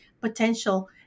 potential